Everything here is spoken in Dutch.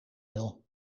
wil